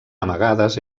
amagades